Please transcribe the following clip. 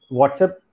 WhatsApp